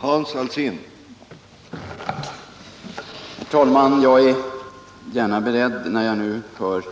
Herr talman! När jag nu hör